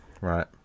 right